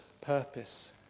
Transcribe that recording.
purpose